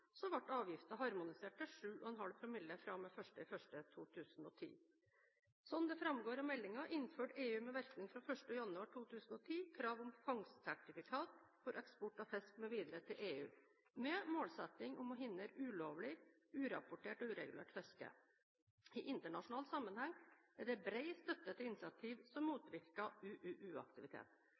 ble avgiften harmonisert til 7,5 promille fra og med 1. januar 2010. Som det framgår av meldingen, innførte EU med virkning fra 1. januar 2010 krav om fangstsertifikat for eksport av fisk mv. til EU, med målsetting om å hindre ulovlig, urapportert og uregulert fiske. I internasjonal sammenheng er det bred støtte til initiativ som motvirker